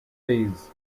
fees